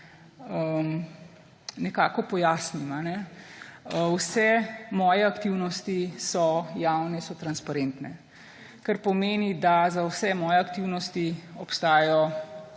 nekako pojasnim. Vse moje aktivnosti so javne, so transparentne, kar pomeni, da za vse moje aktivnosti obstajajo